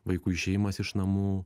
vaikui išėjimas iš namų